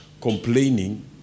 complaining